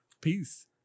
peace